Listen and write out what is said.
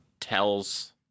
tells